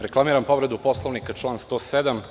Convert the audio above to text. Reklamiram povredu Poslovnika član 107.